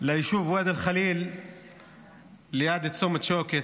ליישוב ואדי אל-ח'ליל ליד צומת שוקת,